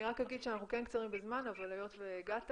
אני רק אגיד שאנחנו קצרים בזמן אבל היות והגעת